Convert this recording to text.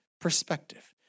perspective